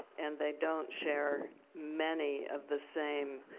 and they don't share many of the same